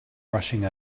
rushing